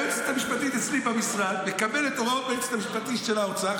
היועצת המשפטית אצלי במשרד מקבלת הוראות מהיועץ המשפטי של האוצר.